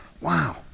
Wow